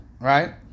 right